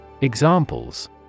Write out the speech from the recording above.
Examples